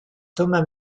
thomas